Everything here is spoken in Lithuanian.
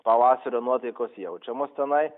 pavasario nuotaikos jaučiamos tenai